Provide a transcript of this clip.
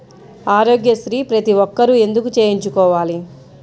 ఆరోగ్యశ్రీ ప్రతి ఒక్కరూ ఎందుకు చేయించుకోవాలి?